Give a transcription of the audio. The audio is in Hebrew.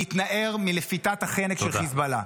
להתנער מלפיתת החנק של חיזבאללה.